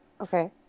Okay